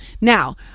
Now